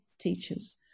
teachers